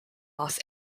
los